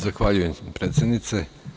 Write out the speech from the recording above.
Zahvaljujem predsednice.